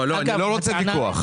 אני לא רוצה ויכוח.